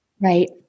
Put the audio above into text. Right